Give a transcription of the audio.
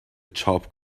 چاپ